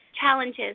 Challenges